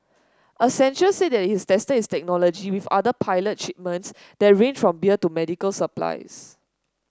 Accenture said it has tested its technology with other pilot shipments that range from beer to medical supplies